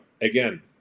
again